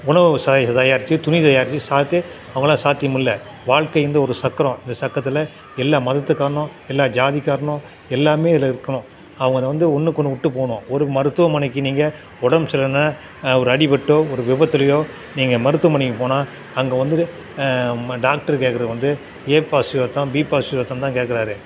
உணவு சா தயாரித்து துணி தயாரித்து சாப்பிட்டு அவங்களாம் சாத்தியமில்லை வாழ்க்கைன்றது ஒரு சக்கரம் இந்த சக்கரத்தில் எல்லா மதத்துக்காரனும் எல்லா ஜாதிக்காரனும் எல்லாேருமே இதில் இருக்கணும் அவங்க அதை வந்து ஒன்னுக்கொன்று விட்டுப் போகணும் ஒரு மருத்துவமனைக்கு நீங்கள் உடம்பு சரியில்லனால் ஒரு அடிபட்டோ ஒரு விபத்துலேயோ நீங்கள் மருத்துவமனைக்கு போனால் அங்கே வந்து டாக்டர் கேட்குறது வந்து ஏ பாசிட்டிவ் இரத்தம் பி பாசிட்டிவ் இரத்தம்னு தான் கேட்குறாரு